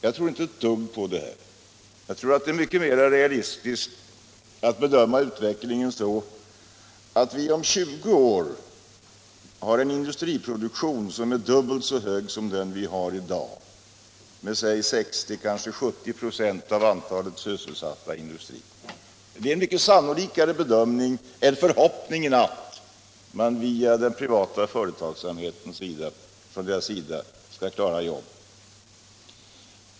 Jag tror inte ett dugg på det här, utan tror att det är mycket mera realistiskt att bedöma utvecklingen så, att vi inom 20 år har en industriproduktion som är dubbelt så hög som dagens med 60 96 eller kanske 70 26 av antalet sysselsatta inom industrin. Detta är mycket sannolikare än förhoppningen att den privata företagsamheten skall kunna klara jobben.